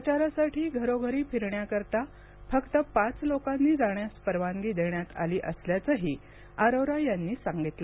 प्रचारासाठी घरोघरी फिरण्याकरता फक्त पाच लोकांनी जाण्यास परवानगी देण्यात आली असल्याचंही अरोरा यांनी सांगितलं